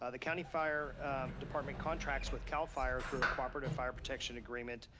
ah the county fire department contracts with cal fire through a cooperative fire protection agreement,